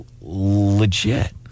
legit